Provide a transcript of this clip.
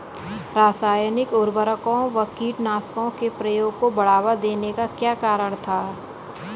रासायनिक उर्वरकों व कीटनाशकों के प्रयोग को बढ़ावा देने का क्या कारण था?